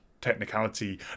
Technicality